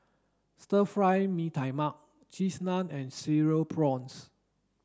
Stir Fry Mee Tai Mak cheese naan and cereal prawns